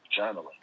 journaling